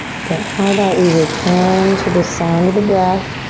but how about we return to the sound of the breath?